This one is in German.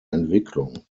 entwicklung